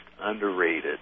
underrated